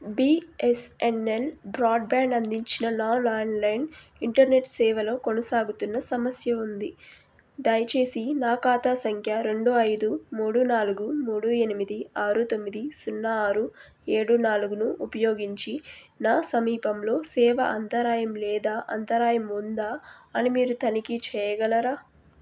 BSNL broadband అందించిన నా landline internet సేవలో కొనసాగుతున్న సమస్య ఉంది దయచేసి నా ఖాతా సంఖ్య రెండు ఐదు మూడు నాలుగు మూడు ఎనిమిది ఆరు తొమ్మిది సున్నా ఆరు ఏడు నాలుగును ఉపయోగించి నా సమీపంలో సేవ అంతరాయం లేదా అంతరాయం ఉందా అని మీరు తనిఖీ చెయ్యగలరా